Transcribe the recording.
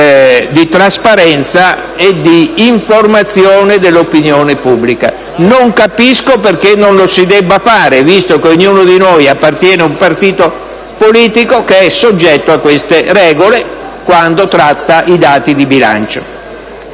di trasparenza e di informazione dell'opinione pubblica. Non capisco perché non lo si debba fare, visto che ognuno di noi appartiene ad un partito politico che è soggetto a queste regole, quando tratta i dati di bilancio.